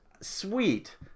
sweet